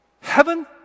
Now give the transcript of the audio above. heaven